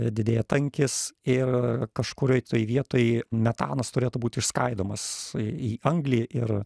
didėja tankis ir kažkurioj tai vietoj metanas turėtų būti išskaidomas į anglį ir